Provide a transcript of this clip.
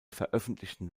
veröffentlichten